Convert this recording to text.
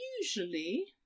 usually